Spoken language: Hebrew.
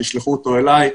תשלחו אותו אלי,